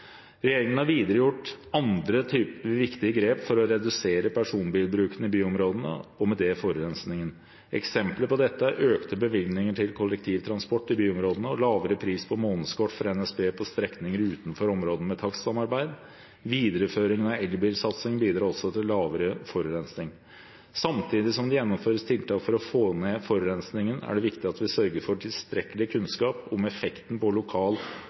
Regjeringen har videre gjort andre viktige grep for å redusere personbilbruken i byområdene, og med det forurensningen. Eksempler på dette er økte bevilgninger til kollektivtransport i byområdene og lavere pris på månedskort hos NSB på strekninger utenfor områdene med takstsamarbeid. Videreføringen av elbilsatsingen bidrar også til lavere forurensning. Samtidig som det gjennomføres tiltak for å få ned forurensningen, er det viktig at vi sørger for tilstrekkelig kunnskap om effekten på lokal